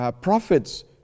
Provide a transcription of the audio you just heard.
prophets